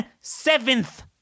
seventh